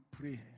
pray